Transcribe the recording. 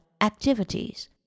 activities